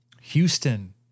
Houston